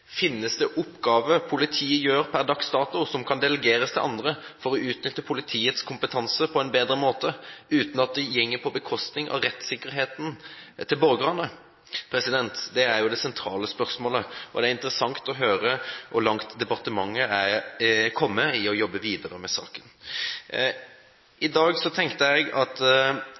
Finnes det oppgaver politiet gjør per dags dato som kan delegeres til andre for å utnytte politiets kompetanse på en bedre måte, uten at det går på bekostning av rettssikkerheten til borgerne? Det er det sentrale spørsmålet, og det er interessant å høre hvor langt departementet er kommet i å jobbe videre med saken. I debatten i dag